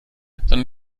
sondern